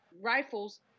rifles